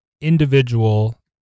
individual